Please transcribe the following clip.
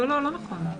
לא נכון.